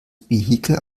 vehikel